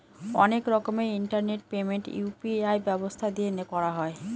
অনেক রকমের internet payment UPI ব্যবস্থা দিয়ে করা হয়